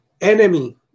enemy